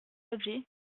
objets